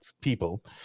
people